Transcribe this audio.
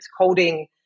coding